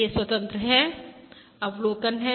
ये स्वतंत्र हैं अवलोकन हैं